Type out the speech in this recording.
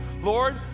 Lord